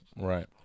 Right